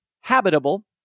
habitable